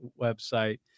website